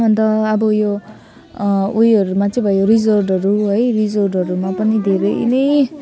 अन्त अब यो उयोहरूमा चाहिँ भयो रिजोर्टहरू है रिजोर्टहरूमा पनि धेरै नै